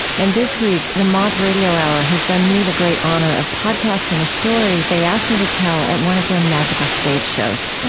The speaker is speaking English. and this week the moth radio hour has done me the great honor of podcasting a story they asked me to tell at one of their magical stage shows.